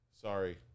Sorry